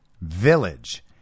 village